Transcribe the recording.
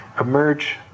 emerge